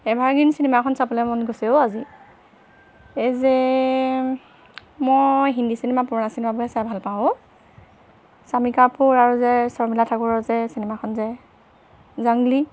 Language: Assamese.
এভাৰগ্ৰীণ চিনেমা এখন চাবলৈ মন গৈছে অ' আজি এই যে মই হিন্দী চিনেমা পুৰণা চিনেমাবোৰহে চাই ভাল পাওঁ অ' স্বামী কাপোৰ আৰু যে শৰ্মিলা ঠাকুৰৰ যে চিনেমাখন যে জংলি